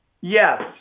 yes